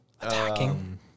attacking